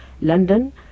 London